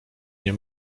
nie